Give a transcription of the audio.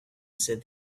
said